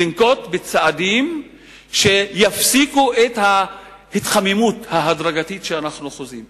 לנקוט צעדים שיפסיקו את ההתחממות ההדרגתית שאנחנו חוזים.